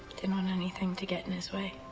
didn't want anything to get in his way.